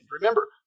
Remember